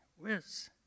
whiz